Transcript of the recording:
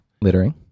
Littering